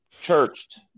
churched